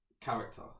character